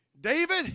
David